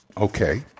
Okay